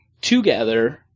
together